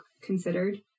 considered